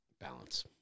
Balance